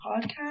podcast